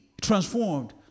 transformed